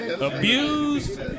abused